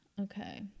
Okay